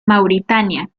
mauritania